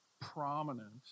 prominent